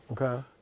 Okay